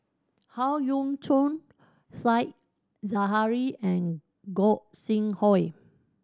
Howe Yoon Chong Said Zahari and Gog Sing Hooi